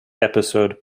episode